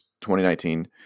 2019